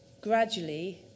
gradually